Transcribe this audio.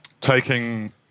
taking –